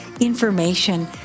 information